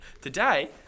Today